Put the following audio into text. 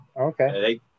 Okay